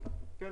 כן.